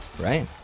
right